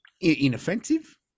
inoffensive